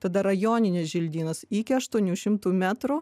tada rajoninis želdynas iki aštuonių šimtų metrų